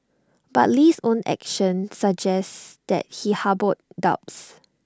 but Lee's own actions suggest that he harboured doubts